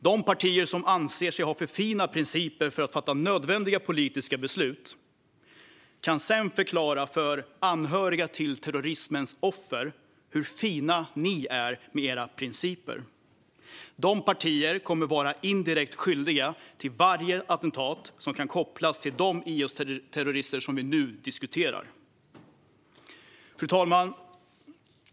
De partier som anser sig ha för fina principer för att fatta nödvändiga politiska beslut kan sedan förklara för anhöriga till terrorismens offer hur fina de är med sina principer. De partierna kommer att vara indirekt skyldiga till varje attentat som kan kopplas till de IS-terrorister som vi nu diskuterar. Fru talman!